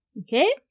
Okay